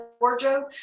wardrobe